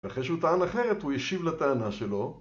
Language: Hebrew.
ואחרי שהוא טען אחרת הוא ישיב לטענה שלו